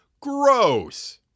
gross